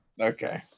Okay